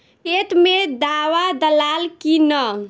खेत मे दावा दालाल कि न?